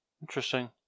interesting